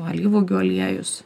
alyvuogių aliejus